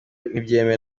ntibyemewe